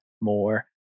more